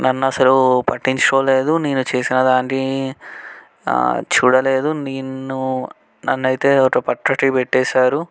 నన్ను అసలు పట్టించుకోలేదు నేను చేసిన దానికి చూడలేదు నిన్ను నన్ను అయితే ఒక ప్రక్కకు పెట్టేసారు